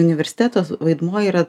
universiteto s vaidmuo yra